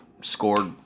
scored